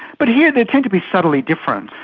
but here they tend to be subtly different.